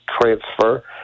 transfer